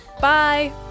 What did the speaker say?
Bye